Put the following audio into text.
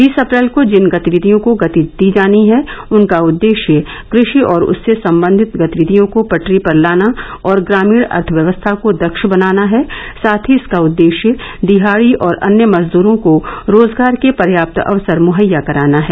बीस अप्रैल को जिन गतिविधियों को गति दी जानी है उनका उद्देश्य कृषि और उससे संबंधित गतिविधियों को पटरी पर लाना और ग्रामीण अर्थव्यवस्था को दक्ष बनाना है साथ ही इसका उद्देश्य दिहाड़ी और अन्य मजदूरों को रोजगार के पर्याप्त अवसर मुहैया कराना है